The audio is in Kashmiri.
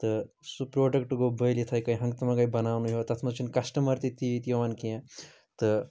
تہٕ سُہ پرٛوڈَکٹہٕ گوٚو بٔلۍ یِتھٕے کٔنۍ ہَنٛگہٕ تہٕ مَنٛگَے بَناونے یوٚت تَتھ منٛز چھِ نہٕ کَسٹٕمَر تہِ تیٖتۍ یِوان کیٚنٛہہ تہٕ